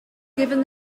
given